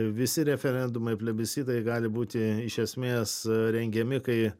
visi referendumai plebiscitai gali būti iš esmės rengiami kai